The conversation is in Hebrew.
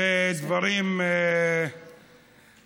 אלה דברים מצמררים,